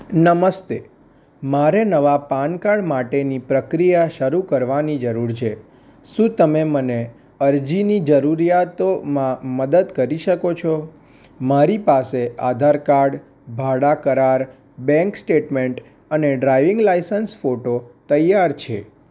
નમસ્તે મારે નવા પાન કાર્ડ માટેની પ્રક્રિયા શરૂ કરવાની જરૂર છે શું તમે મને અરજીની જરૂરિયાતોમાં મદદ કરી શકો છો મારી પાસે આધાર કાર્ડ ભાડા કરાર બેંક સ્ટેટમેન્ટ અને ડ્રાઇવિંગ લાયસન્સ ફોટો તૈયાર છે